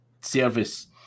service